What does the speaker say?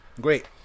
Great